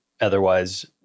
otherwise